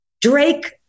Drake